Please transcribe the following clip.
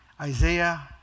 Isaiah